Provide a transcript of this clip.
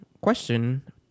question